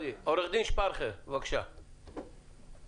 עו"ד מומחה ברגולציה תעופתית ומומחה לרגולציה תעופתית אירופאית.